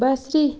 بصری